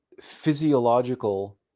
physiological